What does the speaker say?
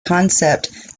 concept